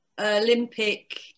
Olympic